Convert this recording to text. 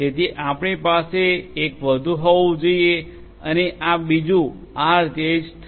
તેથી આપણી પાસે એક વધુ હોવું જોઈએ અને બીજું આ રીતે જ થશે